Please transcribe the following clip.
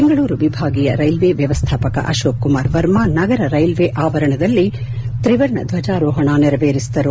ಬೆಂಗಳೂರು ವಿಭಾಗೀಯ ರೈಲ್ವೆ ವ್ಯವಸ್ಥಾಪಕ ಅಶೋಕ್ ಕುಮಾರ್ ವರ್ಮಾ ನಗರ ರೈಲ್ವೆ ಆವರಣದಲ್ಲಿ ತ್ರಿವರ್ಣ ಧ್ವಜಾರೋಹಣ ನೆರವೇರಿಸಿದರು